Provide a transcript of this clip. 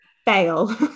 Fail